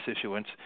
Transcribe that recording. issuance